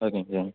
ஓகேங்க சார்